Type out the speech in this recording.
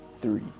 three